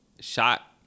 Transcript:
shot